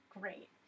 great